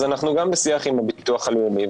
אנחנו בשיח גם עם הביטוח הלאומי,